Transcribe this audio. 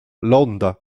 l’onda